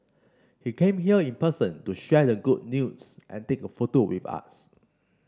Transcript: he came here in person to share the good news and take a photo with us